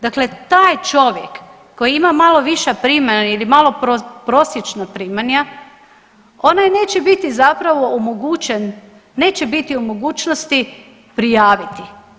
Dakle, taj čovjek koji ima malo viša primanja ili malo prosječna primanja onaj neće biti zapravo omogućen neće biti u mogućnosti prijaviti.